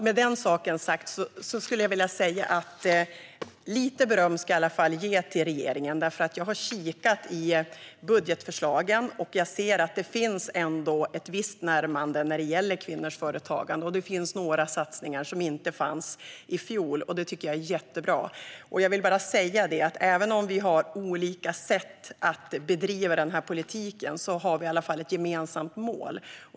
Med det sagt skulle jag vilja ge regeringen lite beröm, för jag har nämligen kikat på budgetförslagen. Jag ser att det finns ett visst närmande när det gäller kvinnors företagande och att det finns några satsningar som inte fanns i fjol, vilket jag tycker är jättebra. Jag vill säga att även om vi har olika sätt att bedriva denna politik har vi i alla fall ett gemensamt mål.